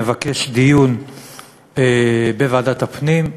נבקש דיון בוועדת הפנים,